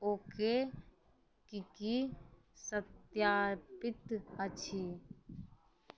ओ के कि कि सत्यापित अछि